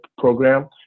program